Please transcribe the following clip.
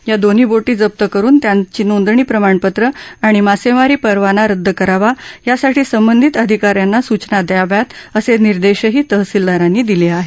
या दोन्ही बोटी जप्त करून त्यांचं नोंदणी प्रमाणपत्र आणि मासेमारी परवाना रद्द करावा यासाठी संबंधित अधिकाऱ्यांना सूचना द्याव्यात असे निर्देशही तहसीलदारांनी दिले आहेत